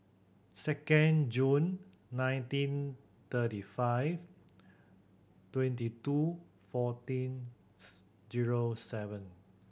second Jun nineteen thirty five twenty two fourteen zero seven